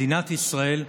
מדינת ישראל,